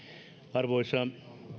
arvoisa